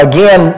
Again